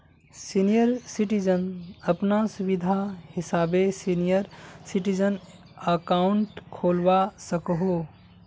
senior citizen अपना सुविधा हिसाबे सीनियर सिटीजन अकाउंट खोलवा सकोह